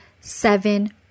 Seven